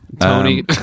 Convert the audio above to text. Tony